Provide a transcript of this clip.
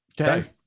Okay